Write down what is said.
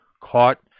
caught